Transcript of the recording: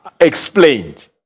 explained